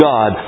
God